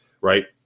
right